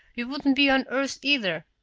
we wouldn't be on earth either.